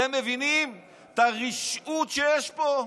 אתם מבינים את הרשעות שיש פה?